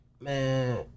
man